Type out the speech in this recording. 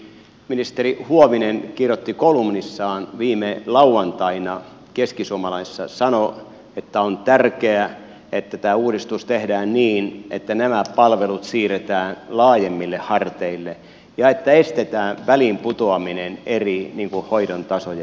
ministeri huovinen kirjoitti kolumnissaan viime lauantaina keskisuomalaisessa sanoi että on tärkeää että tämä uudistus tehdään niin että nämä palvelut siirretään laajemmille harteille ja että estetään väliinputoaminen eri hoidon tasojen välillä